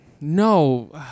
no